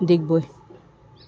Digboi